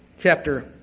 Chapter